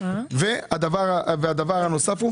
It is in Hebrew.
והדבר הנוסף,